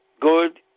good